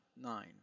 nine